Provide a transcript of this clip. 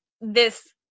this-